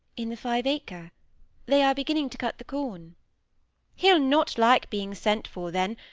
in the five-acre they are beginning to cut the corn he'll not like being sent for, then,